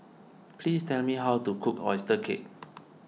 please tell me how to cook Oyster Cake